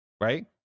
right